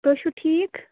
تُہۍ چھُو ٹھیٖک